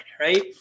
right